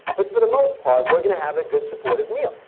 but for the most part we're going to have a good supportive meal.